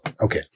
Okay